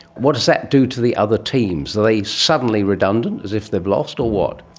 what does that do to the other teams? are they suddenly redundant as if they've lost, or what?